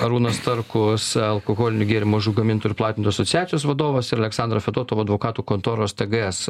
arūnas starkus alkoholinių gėrimų gamintojų ir platintojų asociacijos vadovas ir aleksandra fedotova advokatų kontoros tgs